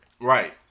Right